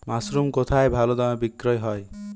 Mushroom কেথায় ভালোদামে বিক্রয় হয়?